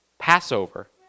Passover